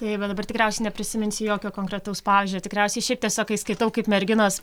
tai va dabar tikriausiai neprisiminsiu jokio konkretaus pavyzdžio tikriausiai šiaip tiesiog kai skaitau kaip merginos